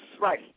Right